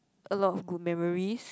a lot of good memories